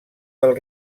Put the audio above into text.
del